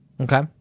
Okay